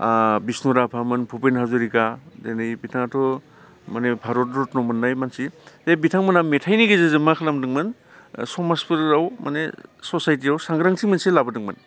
बिष्णु राभामोन भुपेन हाज'रिका दिनै बिथाङाथ' माने भारत रत्न' बान्था मोननाय मानसि बे बिथांमोना मेथाइनि गेजेरजों मा खालामदोंमोन समाजफोराव माने ससायटियाव सांग्रांथि मोनसे लाबोदोंमोन